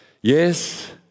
yes